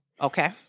Okay